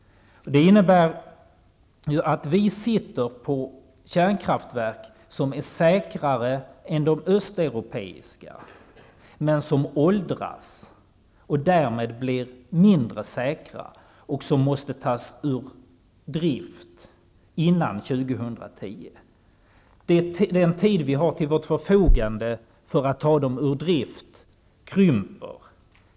Det innebär att vi har kärnkraftverk som är säkrare än de östeuropeiska men som åldras och därmed blir mindre säkra. De måste tas ur drift före 2010. Den tid vi har till vårt förfogande för att ta dem ur drift krymper.